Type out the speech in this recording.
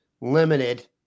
limited